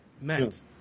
meant